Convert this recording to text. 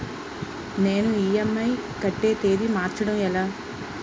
నేను ఇ.ఎం.ఐ కట్టే తేదీ మార్చడం ఎలా?